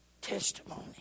testimony